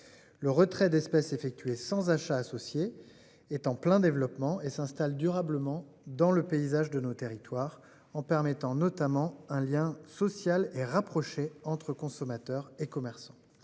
Le retrait d'espèces effectués sans achat associé est en plein développement et s'installe durablement dans le paysage de nos territoires en permettant notamment un lien social et rapproché entre consommateurs et commerçants.